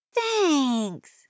Thanks